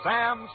Sam